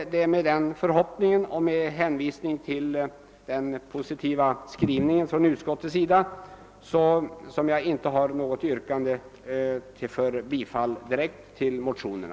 Med anledning av den positiva skrivningen från utskottets sida har jag inte något yrkande om bifall till motionerna.